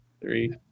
three